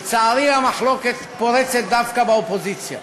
לצערי, המחלוקת פורצת דווקא באופוזיציה.